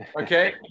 Okay